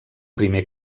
primer